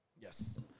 Yes